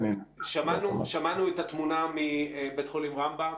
שמענו את התמונה מבית חולים רמב"ם.